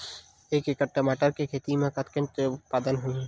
एक एकड़ टमाटर के खेती म कतेकन उत्पादन होही?